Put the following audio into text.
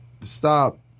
stop